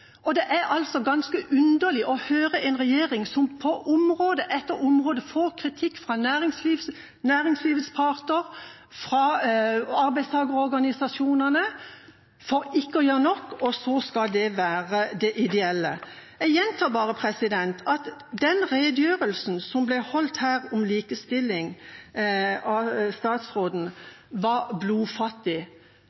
Det er ganske underlig å høre en regjering som på område etter område får kritikk fra næringslivets parter og fra arbeidstakerorganisasjonene for ikke å gjøre nok, og så skal det være det ideelle. Jeg gjentar bare at redegjørelsen statsråden holdt om likestilling, var blodfattig. Det var en opplisting av